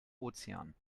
ozean